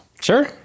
Sure